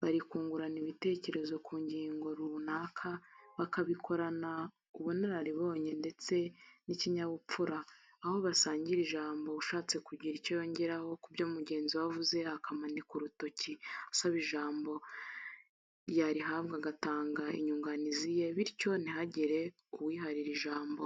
barikungurana ibitekerezo ku ngingo rukaka, bakabikorana ubunararibonye ndetse n'ikinyabupfura, aho basangira ijambo ushatse kugira icyo yongera kubyo mugenziwe avuze akamanika urutoki asaba ijambo yarihabwa agatanga inyuganiziye bityo ntihagire uwiharira ijambo.